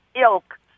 ilk